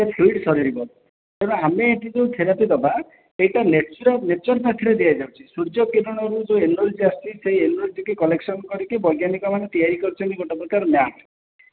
ସେ ଫିଡ଼ ସରିଯିବ ତେଣୁ ଆମେ ଏଠି ଯେଉଁ ଥେରାପି ଦେବା ସେଇଟା ନେଚୁରାଲ ନେଚର ସାଥିରେ ଦିଆଯାଉଛି ସୂର୍ଯ୍ୟ କିରଣ ରୁ ଯେଉଁ ଏନର୍ଜି ଆସୁଛି ସେଇ ଏନର୍ଜିକି କଲେକ୍ସନ କରିକି ବୈଜ୍ଞାନିକ ମାନେ ତିଆରି କରୁଛନ୍ତି ଗୋଟେ ପ୍ରକାର ମ୍ୟାଟ୍